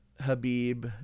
Habib